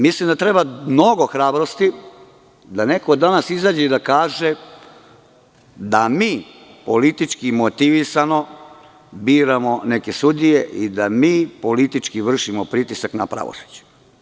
Mislim da treba mnogo hrabrosti da neko izađe danas i da kaže da mi politički motivisano biramo neke sudije i da mi politički vršimo pritisak na pravosuđe.